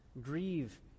grieve